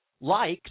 likes